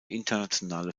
internationale